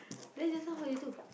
then just now how you do